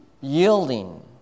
yielding